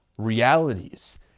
realities